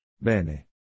Bene